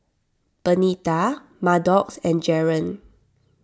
Benita Maddox and Jaren